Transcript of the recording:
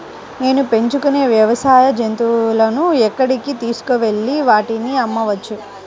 నేను పెంచుకొనే వ్యవసాయ జంతువులను ఎక్కడికి తీసుకొనివెళ్ళి వాటిని అమ్మవచ్చు?